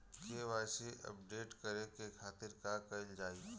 KYC update करे के खातिर का कइल जाइ?